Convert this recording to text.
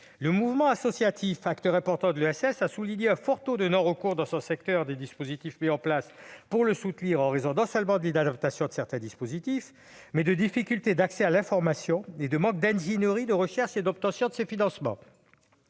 Le mouvement associatif, acteur important de l'ESS, a souligné un fort taux de non-recours aux dispositifs de soutien mis en place, en raison non seulement de l'inadaptation de certains dispositifs, mais également de difficultés d'accès à l'information et du manque d'ingénierie pour la recherche et l'obtention de ces financements.